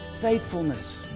faithfulness